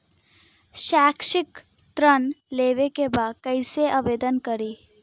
शैक्षिक ऋण लेवे के बा कईसे आवेदन करी?